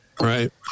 Right